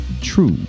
True